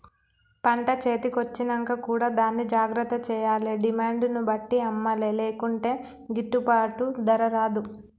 పంట చేతి కొచ్చినంక కూడా దాన్ని జాగ్రత్త చేయాలే డిమాండ్ ను బట్టి అమ్మలే లేకుంటే గిట్టుబాటు ధర రాదు